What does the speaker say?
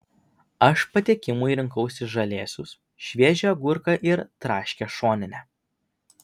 aš patiekimui rinkausi žalėsius šviežią agurką ir traškią šoninę